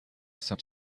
some